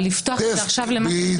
אבל לפתוח את זה עכשיו --- בדיוק.